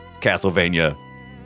Castlevania